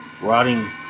rotting